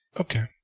Okay